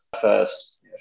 first